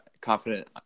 confident –